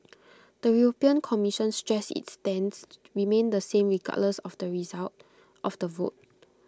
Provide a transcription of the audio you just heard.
the european commission stressed its stance remained the same regardless of the result of the vote